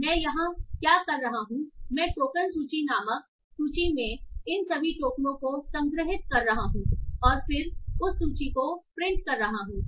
मैं यहाँ क्या कर रहा हूँ मैं टोकन सूची नामक सूची में इन सभी टोकनों को संग्रहीत कर रहा हूँ और फिर उस सूची को प्रिंट कर रहा हूँ